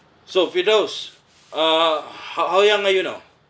so firdaus uh how how young are you now